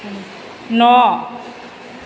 न'